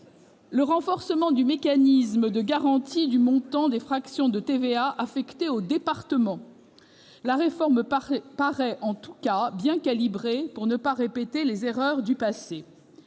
au renforcement du mécanisme de garantie du montant des fractions de TVA affectées aux départements. En tout cas, la réforme paraît bien calibrée pour ne pas répéter les erreurs du passé.